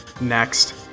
next